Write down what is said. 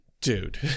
Dude